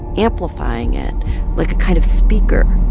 amplifying it like a kind of speaker